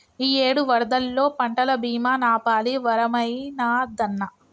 ఇయ్యేడు వరదల్లో పంటల బీమా నాపాలి వరమైనాదన్నా